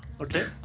okay